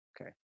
okay